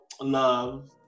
love